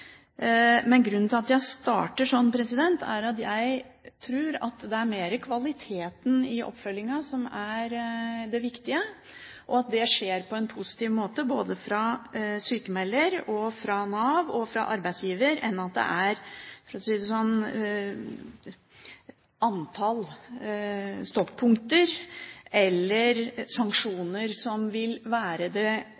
Grunnen til at jeg starter sånn, er at jeg tror at det er mer kvaliteten i oppfølgingen som er viktig, og at det skjer på en positiv måte både fra sykmelder og fra Nav og fra arbeidsgiver, enn at det er antall stoppunkter eller sanksjoner som er det